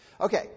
Okay